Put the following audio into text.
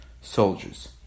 soldiers